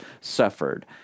suffered